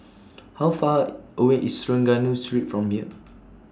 How Far away IS Trengganu Street from here